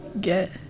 Get